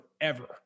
forever